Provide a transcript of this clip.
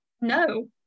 no